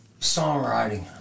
songwriting